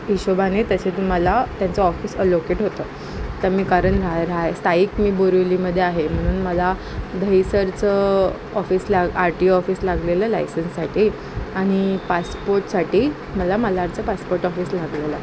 हिशोबाने तसे तुम्हाला त्यांचं ऑफिस अलोकेट होतं तर मी कारण रा रा स्थायिक मी बोरिवलीमध्ये आहे म्हणून मला दहीसरचं ऑफिस ला आर टी ओ ऑफिस लागलेलं लायसन्ससाठी आणि पासपोर्टसाठी मला मालाडचं पासपोर्ट ऑफिस लागलेलं